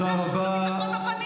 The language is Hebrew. תודה רבה.